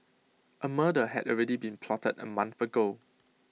A murder had already been plotted A month ago